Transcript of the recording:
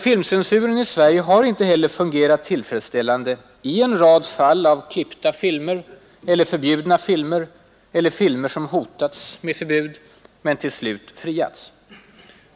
Filmcensuren i Sverige har inte heller fungerat tillfredsställande i en rad fall av klippta filmer eller förbjudna filmer eller filmer som hotats med förbud men till slut friats.